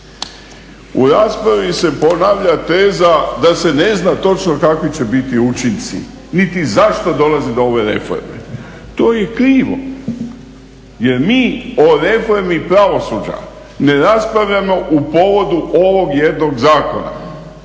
u raspravi se ponavlja teza da se ne zna točno kakvi će biti učinci niti zašto dolazi do ove reforme. To je krivo jer mi o reformi pravosuđa ne raspravljamo u povodu ovog jednog zakona.